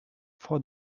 for